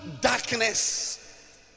darkness